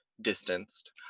distanced